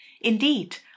Indeed